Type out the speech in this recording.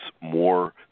more